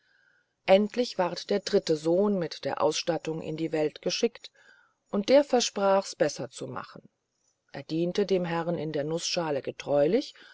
endlich ward der dritte sohn mit der ausstattung in die welt geschickt und der versprachs besser zu machen er diente dem herrn in der nußschale